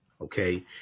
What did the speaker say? okay